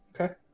Okay